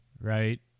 right